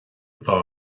atá